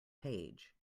page